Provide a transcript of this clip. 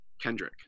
Kendrick